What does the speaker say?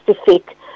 specific